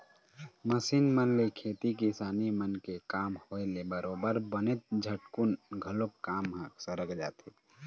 machine मन ले खेती किसानी मन के काम होय ले बरोबर बनेच झटकुन घलोक काम ह सरक जाथे